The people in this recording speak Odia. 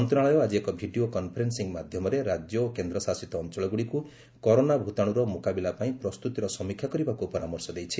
ମନ୍ତ୍ରଣାଳୟ ଆଜି ଏକ ଭିଡ଼ିଓ କନ୍ଫରେନ୍ସି ମାଧ୍ୟମରେ ରାଜ୍ୟ ଓ କେନ୍ଦ୍ରଶାସିତ ଅଞ୍ଚଳଗୁଡ଼ିକୁ କରୋନା ଭୂତାଣୁର ମୁକାବିଲା ପାଇଁ ପ୍ରସ୍ତୁତିର ସମୀକ୍ଷା କରିବାକୁ ପରାମର୍ଶ ଦେଇଛି